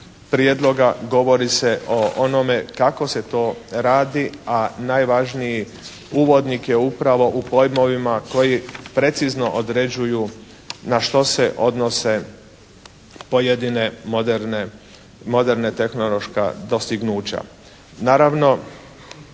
prijedloga, govori se o onome kako se to radi. A najvažniji uvodnik je upravo u pojmovima koji precizno određuju na što se odnose pojedine moderne tehnološka dostignuća.